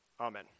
Amen